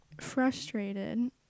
frustrated